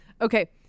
Okay